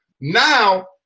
now